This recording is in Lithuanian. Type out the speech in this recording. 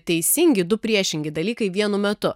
teisingi du priešingi dalykai vienu metu